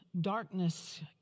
darkness